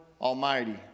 Almighty